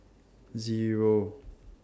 Zero